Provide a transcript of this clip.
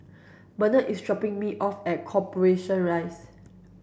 Barnett is dropping me off at Corporation Rise